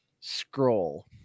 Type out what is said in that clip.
scroll